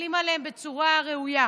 ומסתכלים עליהן בצורה ראויה,